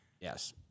Yes